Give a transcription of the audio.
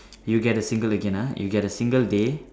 you get a single again ah you get a single day